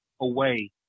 away